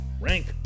rank